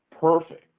perfect